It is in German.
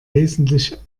wesentlich